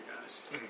guys